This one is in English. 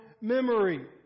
memory